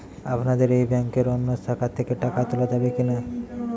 আপনাদের এই ব্যাংকের অন্য শাখা থেকে টাকা তোলা যাবে কি না?